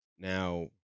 Now